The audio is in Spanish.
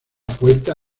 puerta